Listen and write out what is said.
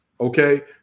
Okay